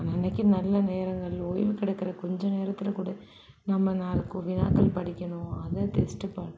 அன்ன அன்னைக்கி நல்ல நேரங்கள் ஓய்வு கிடைக்கிற கொஞ்சம் நேரத்தில் கூட நம்ம நாலு வினாக்கள் படிக்கணும் அதை டெஸ்ட்டு பண்ணணும்